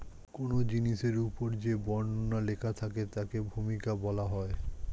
কোন জিনিসের উপর যে বর্ণনা লেখা থাকে তাকে ভূমিকা বলা হয়